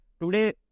Today